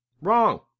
Wrong